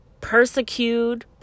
Persecuted